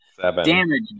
damage